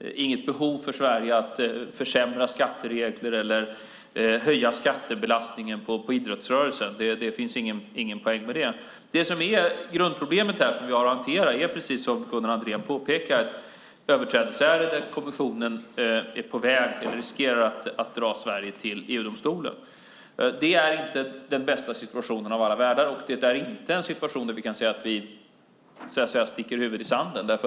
inget behov för Sverige att försämra skatteregler eller öka skattebelastningen på idrottsrörelsen. Det finns ingen poäng med det. Grundproblemet som vi här har att hantera är, precis som Gunnar Andrén påpekat, det överträdelseärende där vi riskerar att kommissionen drar Sverige inför EU-domstolen. Det är inte den bästa av situationer, och det är inte en situation där vi så att säga sticker huvudet i sanden.